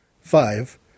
Five